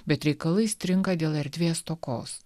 bet reikalai stringa dėl erdvės stokos